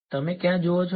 તમે ક્યાં જુઓ છો